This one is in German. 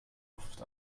luft